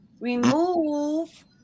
remove